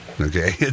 okay